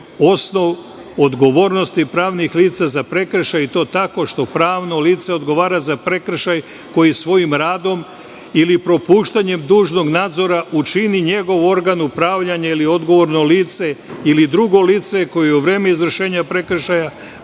osnov odgovornosti pravnih lica za prekršaje i to tako što pravno lice odgovara za prekršaj koji svojim radom ili propuštanjem dužnog nadzora učini njegov organ upravljanja ili odgovorno lice ili drugo lice koje je u vreme izvršenja prekršaja